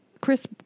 Chris